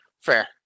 Fair